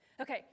Okay